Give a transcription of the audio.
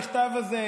המכתב הזה,